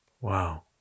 Wow